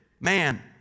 man